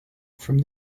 from